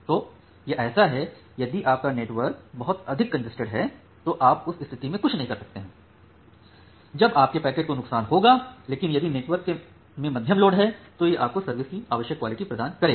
तो यह ऐसा है यदि आपका नेटवर्क बहुत अधिक कंजस्टेड है तो आप उस स्थिति में कुछ नहीं कर सकते हैं जब आपके पैकेट को नुकसान होगा लेकिन यदि नेटवर्क में मध्यम लोड है तो यह आपको सर्विस की आवश्यक क्वालिटी प्रदान करेगा